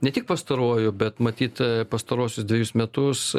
ne tik pastaruoju bet matyt pastaruosius dvejus metus